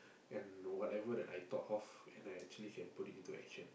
and whatever that I thought of and I actually can put it into action